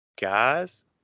guys